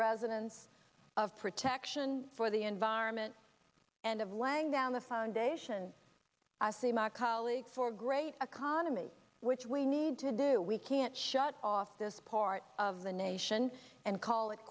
residents of protection for the environment and of lang now on the foundation i see my colleagues for a great economy which we need to do we can't shut off this part of the nation and call it